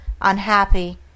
unhappy